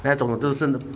那种就是